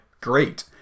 great